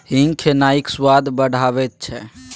हींग खेनाइक स्वाद बढ़ाबैत छै